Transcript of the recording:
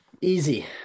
easy